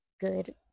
good